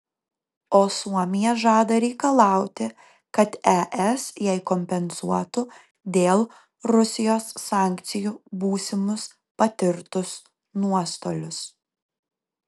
o suomija žada reikalauti kad es jai kompensuotų dėl rusijos sankcijų būsimus patirtus nuostolius